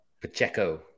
Pacheco